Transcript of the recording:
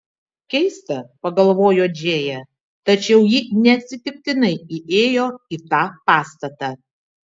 keista pagalvojo džėja tačiau ji neatsitiktinai įėjo į tą pastatą